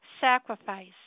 sacrifice